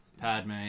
Padme